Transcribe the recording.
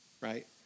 right